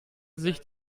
sich